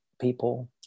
people